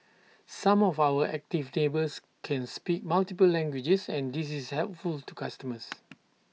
some of our active neighbours can speak multiple languages and this is helpful to customers